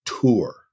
tour